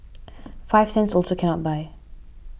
five cents also cannot buy